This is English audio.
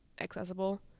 accessible